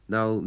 Now